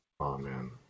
Amen